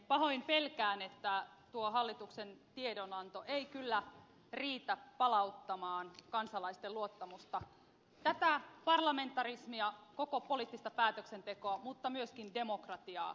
pahoin pelkään että tuo hallituksen tiedonanto ei kyllä riitä palauttamaan kansalaisten luottamusta tätä parlamentarismia koko poliittista päätöksentekoa tai myöskään demokratiaa kohtaan